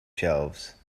shelves